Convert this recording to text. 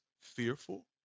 fearful